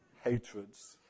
hatreds